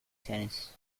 tennis